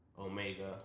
Omega